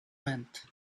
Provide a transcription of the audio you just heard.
meant